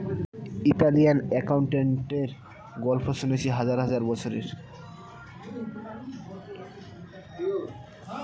Italian অ্যাকাউন্টেন্টের গল্প শুনেছি হাজার হাজার বছরের